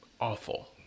awful